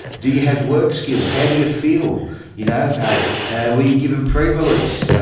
do you have work skills? how do you feel? you know and were you given pre-release?